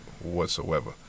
whatsoever